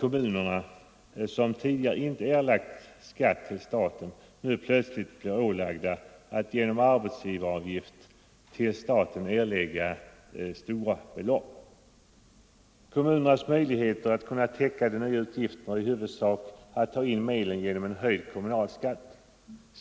Dessutom innebär om nu plötsligt blir ålagda att genom arbetsgivaravgift till staten erlägga stora Allmänpolitisk belopp. Kommunernas möjligheter att täcka de nya utgifterna är i hu debatt vudsak att ta in medlen genom en höjd kommunalskatt.